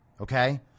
Okay